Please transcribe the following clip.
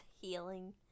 Healing